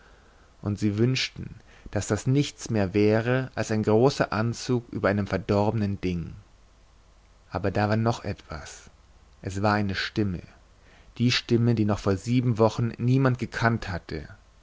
und sie wünschten daß das nichts mehr wäre als ein großer anzug über einem verdorbenen ding aber es war noch etwas es war eine stimme die stimme die noch vor sieben wochen niemand gekannt hatte